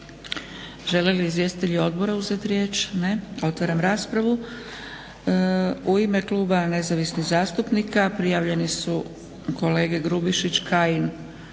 Žele li izvjestitelji odbora uzeti riječ? Ne. Otvaram raspravu. U ime Kluba nezavisnih zastupnika prijavljeni su kolege Grubišić, Kajin